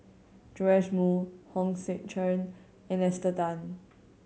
Joash Moo Hong Sek Chern and Esther Tan